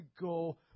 go